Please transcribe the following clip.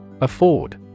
Afford